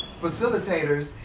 facilitators